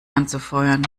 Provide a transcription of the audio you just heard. anzufeuern